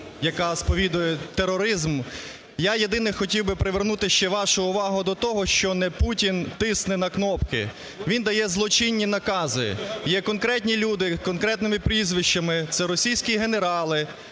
яка сповідує тероризм. Я єдине хотів би привернути ще вашу увагу до того, що не Путін тисне на кнопки, він дає злочинні накази, є конкретні люди з конкретними прізвищами – це російські генерали,